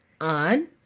on